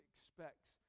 expects